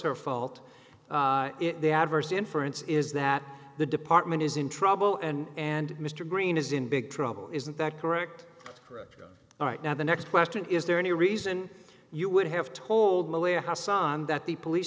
her fault the adverse inference is that the department is in trouble and and mr green is in big trouble isn't that correct all right now the next question is there any reason you would have told malaya haasan that the police